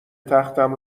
تختم